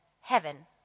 heaven